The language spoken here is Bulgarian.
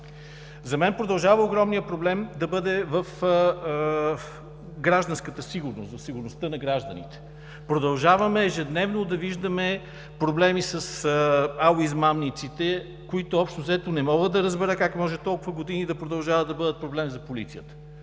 За мен продължава огромният проблем да бъде в гражданската сигурност, в сигурността на гражданите. Продължаваме ежедневно да виждаме проблеми с „ало измамниците“, които общо взето не мога да разбера, как може толкова години да продължават да бъдат проблем за полицията!